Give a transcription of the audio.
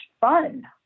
fun